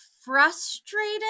frustrated